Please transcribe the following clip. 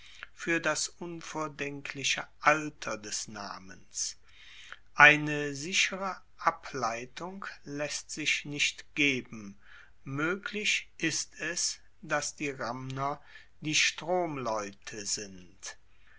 fuer das unvordenkliche alter des namens eine sichere ableitung laesst sich nicht geben moeglich ist es dass die ramner die stromleute sind